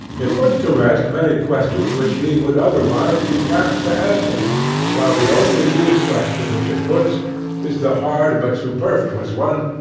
it puts to rest many questions which he would otherwise be taxed to answer while the only new question which it puts is the hard but superfluous one,